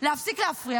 זה לא יחליש אותי,